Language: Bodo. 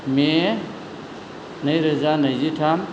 मे नै रोजा नैजिथाम